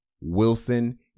Wilson